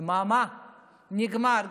דממה, נגמר.